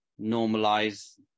normalize